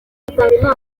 ineza